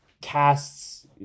casts